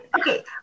okay